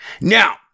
now